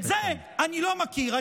את זה אני לא מכיר.